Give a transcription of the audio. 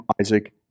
Isaac